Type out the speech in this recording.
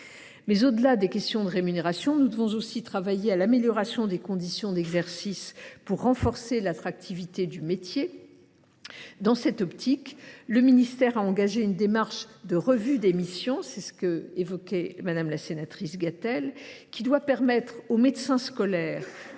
au delà des questions de rémunération, nous devons aussi travailler à l’amélioration des conditions d’exercice pour renforcer l’attractivité du métier. Dans cette perspective, le ministère a engagé une démarche de revue des missions, évoquée par Mme Gatel, qui doit permettre aux médecins scolaires